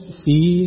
see